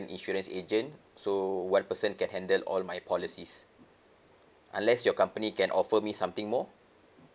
insurance agent so one person can handle all my policies unless your company can offer me something more